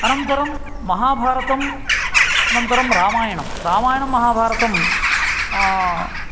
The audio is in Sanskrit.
अनन्तरं महाभारतम् अनन्तरं रामायणं रामायणमहाभारतं